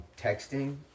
texting